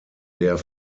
der